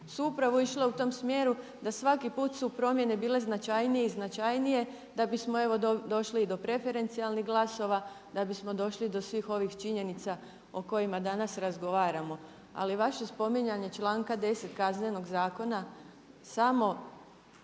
su upravo išle u tom smjeru da svaki put su promjene bile značajnije i značajnije da bismo evo došli do preferencijalnih glasova, da bismo došli do svih ovih činjenica o kojima danas razgovaramo. Ali vaše spominjanje članka 10. Kaznenog zakona samo